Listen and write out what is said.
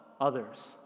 others